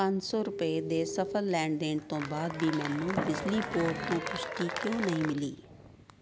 ਪੰਜ ਸੌ ਰੁਪਏ ਦੇ ਸਫਲ ਲੈਣ ਦੇਣ ਤੋਂ ਬਾਅਦ ਵੀ ਮੈਨੂੰ ਬਿਜਲੀ ਬੋਰਡ ਤੋਂ ਪੁਸ਼ਟੀ ਕਿਉਂ ਨਹੀਂ ਮਿਲੀ